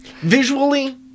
Visually